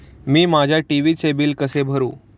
मी माझ्या टी.व्ही चे बिल कसे भरू?